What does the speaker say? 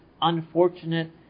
unfortunate